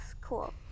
cool